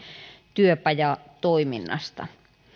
työpajatoiminnasta